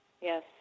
Yes